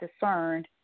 discerned